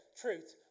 truth